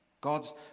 God's